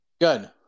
Good